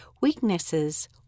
weaknesses